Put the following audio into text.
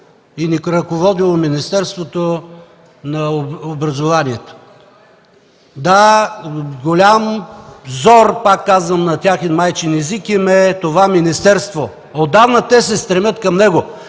и не е ръководело Министерството на образованието. Да, голям зор – пак казвам, на техен майчин език, им е това министерство. Отдавна те се стремят към него.